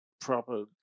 proper